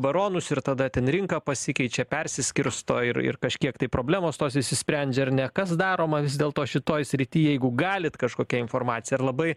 baronus ir tada ten rinka pasikeičia persiskirsto ir ir kažkiek tai problemos tos išsisprendžia ar ne kas daroma vis dėlto šitoj srity jeigu galit kažkokia informacija ar labai